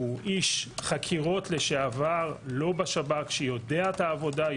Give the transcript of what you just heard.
הוא איש חקירות לשעבר לא בשב"כ שיודע את העבודה,